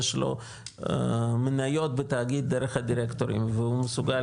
יש לו מניות בתאגיד דרך הדירקטוריון והוא מסוגל